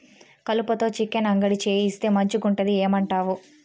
కలుపతో చికెన్ అంగడి చేయిస్తే మంచిగుంటది ఏమంటావు